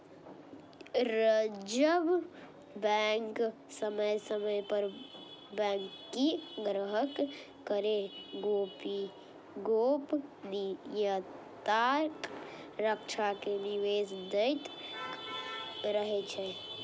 reserve bank समय समय पर बैंक कें ग्राहक केर गोपनीयताक रक्षा के निर्देश दैत रहै छै